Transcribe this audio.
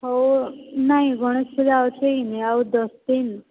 ହେଉ ନାହିଁ ଗଣେଶ ପୂଜା ଅଛି ଏହିନେ ଆଉ ଦଶ ଦିନ